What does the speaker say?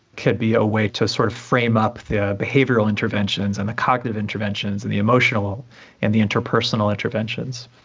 could be a way to sort of frame up the behavioural interventions and the cognitive interventions and the emotional and the interpersonal interventions,